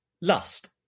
lust